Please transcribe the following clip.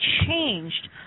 changed